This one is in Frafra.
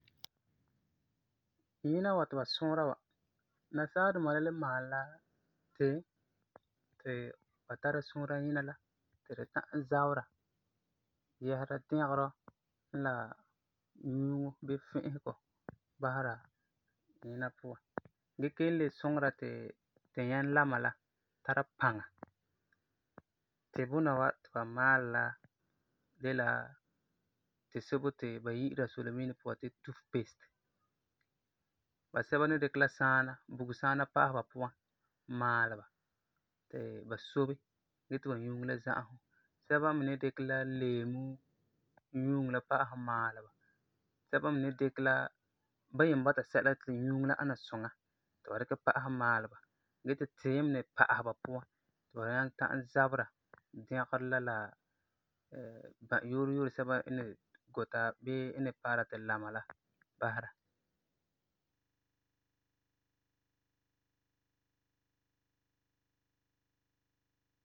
Nyina wa ba suura, nasaa duma la le maalɛ la tiim ti ba tara suura nyina la ti di ta'am zabera, yɛsera dɛgerɔ n la nyuuŋo bii fi'isegɔ basera tu nyina puan gee kelum le suŋera ti tu nyɛnlama la tara paŋa. Tibuna wa ti ba maalɛ la de la tisebo ti ba yi'ira solemiine puan ti toothpaste. Basɛba ni dikɛ la saana, bugum saana pa'asɛ ba puan maalɛ ba ti ba sobe gee ti ba nyuuŋo la za'asum. Sɛba me ni dikɛ la leemu nyuuŋo la pa'asɛ maalɛ ba. Sɛba me ni dikɛ la ba yen bɔta sɛla ti nyuuŋo la ana suŋa ti ba dikɛ pa'asɛ maalɛ ba gee ti tiim me ni pa'asɛ ba puan ti ba nyaŋɛ ta'am zabera dɛgerɔ la n la bã-yooro yooro sɛba n ni guta bii paara tu lama la basera.